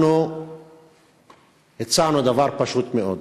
אנחנו הצענו דבר פשוט מאוד: